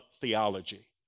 theology